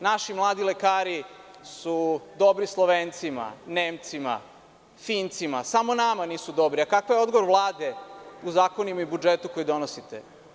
Naši mladi lekari su dobri Slovencima, Nemcima, Fincima, samo nama nisu dobri, Kakav je odgovor Vlade u zakonima i budžetu koje donosite?